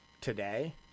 today